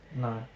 No